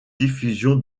diffusion